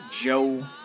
Joe